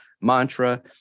mantra